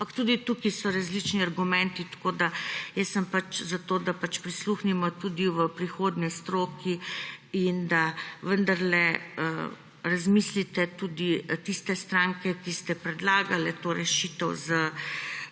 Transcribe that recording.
tudi tukaj so različni argumenti. Jaz sem za to, da prisluhnemo tudi v prihodnje stroki in da vendarle razmislite tudi tiste stranke, ki ste predlagale to rešitev z